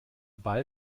ball